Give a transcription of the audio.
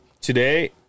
Today